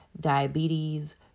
diabetes